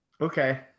Okay